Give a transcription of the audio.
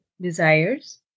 desires